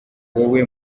wowe